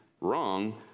wrong